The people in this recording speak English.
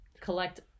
collect